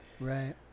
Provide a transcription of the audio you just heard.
Right